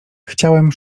chciałem